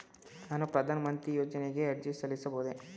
ನಾನು ಪ್ರಧಾನ ಮಂತ್ರಿ ಯೋಜನೆಗೆ ಅರ್ಜಿ ಸಲ್ಲಿಸಬಹುದೇ?